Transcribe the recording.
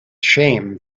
shame